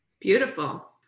Beautiful